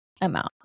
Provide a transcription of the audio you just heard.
amount